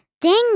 Ding